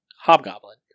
hobgoblin